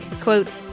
quote